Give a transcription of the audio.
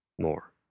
more